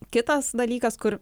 kitas dalykas kur